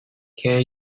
can